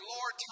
Lord